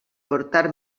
portar